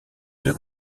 deux